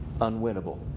unwinnable